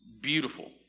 beautiful